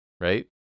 right